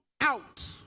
out